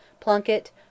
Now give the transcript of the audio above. Plunkett